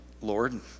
Lord